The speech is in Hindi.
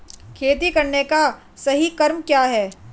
खेती करने का सही क्रम क्या है?